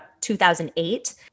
2008